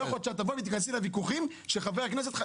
לא יכול להיות שאת תיכנסי לוויכוחים הפוליטיים של חברי הכנסת,